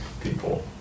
people